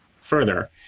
further